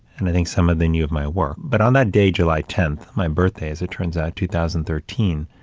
and i think some of the knew of my work, but on that day, july ten, my birthday as it turns out, two thousand and thirteen,